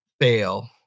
fail